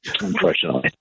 unfortunately